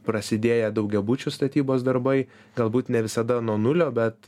prasidėję daugiabučių statybos darbai galbūt ne visada nuo nulio bet